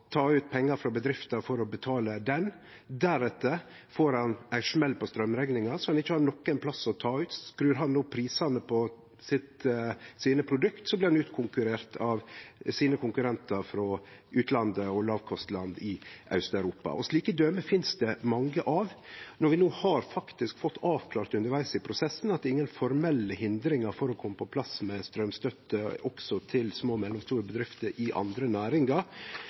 ta ut pengar frå bedrifta for å betale den. Deretter får han ein smell på straumrekninga, som han ikkje har nokon plass å ta ut til. Skrur han opp prisane på sine produkt, blir han utkonkurrert av sine konkurrentar frå utlandet og lavkostland i Aust-Europa. Slike døme finst det mange av. Når vi no faktisk har fått avklart undervegs i prosessen at det er ingen formelle hindringar for å få på plass straumstøtte også til små og mellomstore bedrifter i andre næringar,